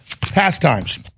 pastimes